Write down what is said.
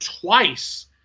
twice